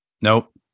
Nope